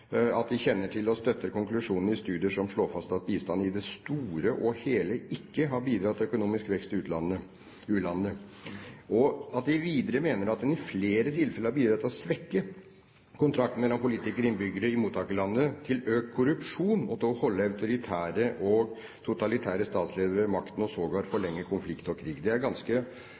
at de «kjenner til og støtter konklusjonene i studier som slår fast at bistand i det store og hele ikke har bidratt til økonomisk vekst i u-landene». Videre mener de at «bistanden i flere tilfeller har bidratt til å svekke den sosiale kontrakten mellom politikerne og innbyggerne i mottakerlandet, til å øke korrupsjonen, til å holde autoritære og totalitære statsledere ved makten og sågar til å forlenge krig og konflikt». Det er ganske